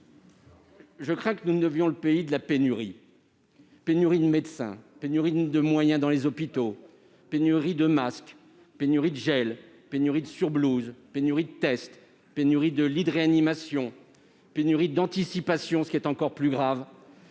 Je crains que nous ne devenions le pays de la pénurie : pénurie de médecins, pénurie de moyens dans les hôpitaux, pénurie de masques, pénurie de gel, pénurie de surblouses, pénurie de tests, pénurie de lits de réanimation, pénurie de doses de vaccin, pénurie d'anticipation, ce qui est encore plus grave